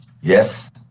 Yes